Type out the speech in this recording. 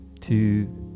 two